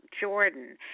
Jordan